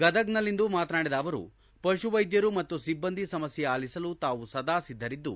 ಗದಗ್ನಲ್ಲಿ ಮಾತನಾಡಿದ ಅವರು ಪಶುವೈದ್ಯರು ಮತ್ತು ಸಿಬ್ಬಂದಿ ಸಮಸ್ತೆ ಆಲಿಸಲು ತಾವು ಸದಾಸಿದ್ದರಿದ್ದು